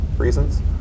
reasons